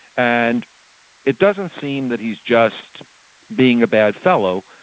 and it doesn't seem that he is just being a bad fellow,